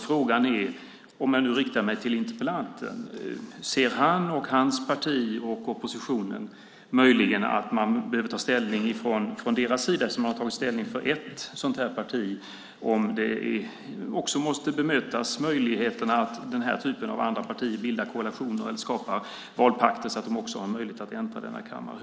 Frågan är alltså, och jag riktar mig nu till interpellanten, om han och hans parti och oppositionen möjligen anser att man från deras sida behöver ta ställning, eftersom man har tagit ställning för ett parti, till att den här typen av andra partier bildar koalition och skapar valpakter så att de har möjlighet att äntra denna kammare.